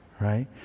right